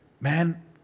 man